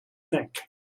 think